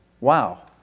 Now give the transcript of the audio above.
wow